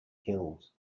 killed